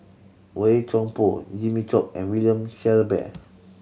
Boey Chuan Poh Jimmy Chok and William Shellabear